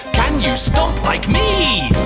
can you stomp like me?